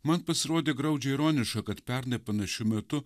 man pasirodė graudžiai ironiška kad pernai panašiu metu